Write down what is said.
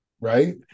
right